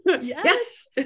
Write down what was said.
Yes